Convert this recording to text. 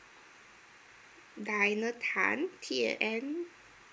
diana tan T A N